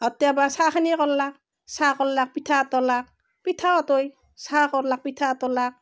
আৰু তেওঁ পাই চাহখিনিয়ে কৰলাক চাহ কৰলাক পিঠা আতলাক পিঠাও আতই চাহ কৰলাক পিঠা আতলাক